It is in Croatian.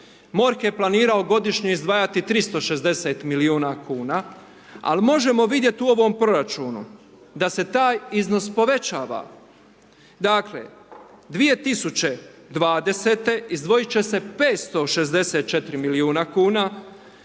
MORH je planirao godišnje izdvajati 360 milijuna kuna. Ali možemo vidjeti u ovom proračunu da se taj iznos povećava. Dakle 2020. izdvojiti će se 564 milijuna kuna,